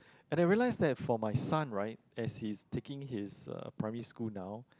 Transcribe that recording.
and I realise that for my son right as he's taking his uh primary school now